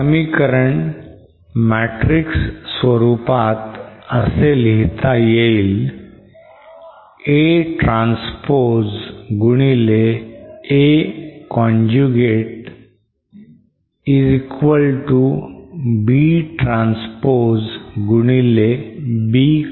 हे समीकरण matrix स्वरूपात असे लिहिता येईल A transpose गुणिले A conjugate is equal to B transpose गुणिले B conjugate